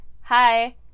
hi